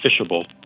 fishable